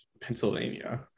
Pennsylvania